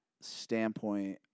standpoint